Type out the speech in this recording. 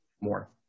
more